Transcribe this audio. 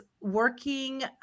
working